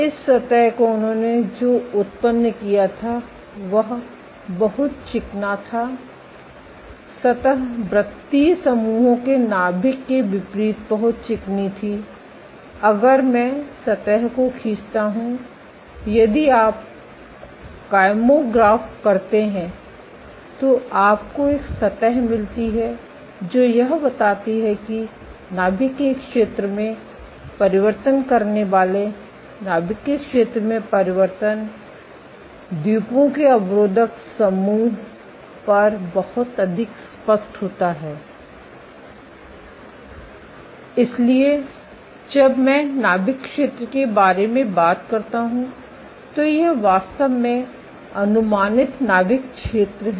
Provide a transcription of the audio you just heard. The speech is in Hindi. इस सतह को उन्होंने जो उत्पन्न किया था वह बहुत चिकना था सतह व्रत्तीय समूहों के नाभिक के विपरीत बहुत चिकनी थी अगर मैं सतह को खींचता हूं यदि आप कायमोग्राफ करते हैं तो आपको एक सतह मिलती है जो यह बताती है कि नाभिक के क्षेत्र में परिवर्तन करने वाले नाभिक के क्षेत्र में परिवर्तन द्वीपों के अवरोधक समूह सीआई पर बहुत अधिक स्पष्ट होता है इसलिए जब मैं नाभिक क्षेत्र के बारे में बात करता हूं तो यह वास्तव में अनुमानित नाभिक क्षेत्र है